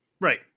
Right